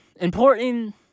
important